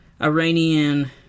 Iranian